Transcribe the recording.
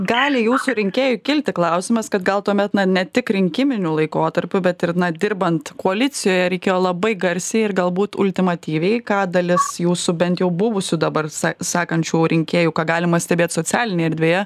gali jūsų rinkėjui kilti klausimas kad gal tuomet na ne tik rinkiminiu laikotarpiu bet ir na dirbant koalicijoje reikėjo labai garsiai ir galbūt ultimatyviai ką dalis jūsų bent jau buvusių dabar sakančių rinkėjų ką galima stebėt socialinėje erdvėje